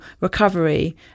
recovery